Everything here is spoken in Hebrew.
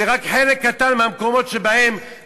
זה רק חלק קטן מהמקומות שבהם